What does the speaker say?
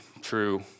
true